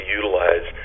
utilize